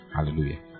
Hallelujah